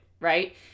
right